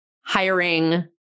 hiring